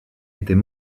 était